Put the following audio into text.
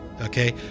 Okay